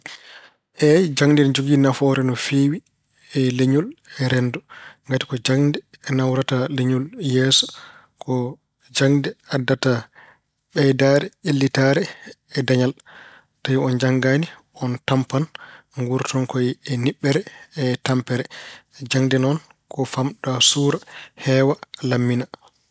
Eey, jaŋde ina jogii nafoore no feewi e leñol e renndo. Ngati ko jaŋde nawrata leñol yeeso. Ko jaŋde addata ɓeydaare, ƴellitaare e dañal. Tawii on njanngaani, on tampan. Nguuroton ko e niɓɓere e tampere. Jaŋde noon ko famɗa suura, heewa laammina.